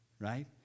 Right